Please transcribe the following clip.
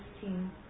team